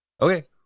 Okay